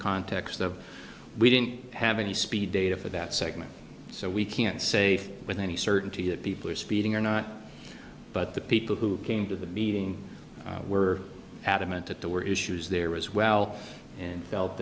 context of we didn't have any speed data for that segment so we can't say with any certainty that people are speeding or not but the people who came to the meeting were adamant that there were issues there as well and felt